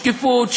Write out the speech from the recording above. שקיפות,